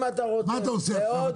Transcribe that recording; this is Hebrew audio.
מה אתה עושה עכשיו?